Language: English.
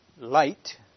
light